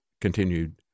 continued